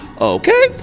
Okay